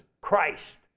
Christ